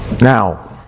Now